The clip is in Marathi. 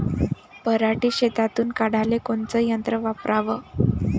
पराटी शेतातुन काढाले कोनचं यंत्र वापराव?